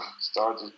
started